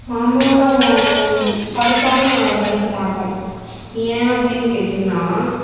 மாம்பழம் பழுத்தாலும் நாங்கள் அதை பறிக்க மாட்டோம் ஏன் அப்படின்னு கேட்டிங்கனா